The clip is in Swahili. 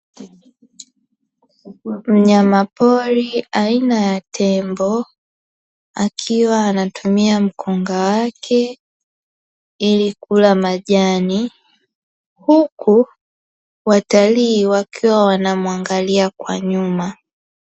Mnyama pori aina ya tembo, Akiwa antumia mkongo wake ili kula majani, Huku watalii wakiwa wanamwangalia kwa nyuma.